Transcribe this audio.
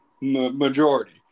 Majority